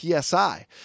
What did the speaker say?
PSI